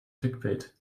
clickbait